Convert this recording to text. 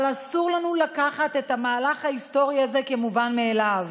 אבל אסור לנו לקחת את המהלך ההיסטורי הזה כמובן מאליו,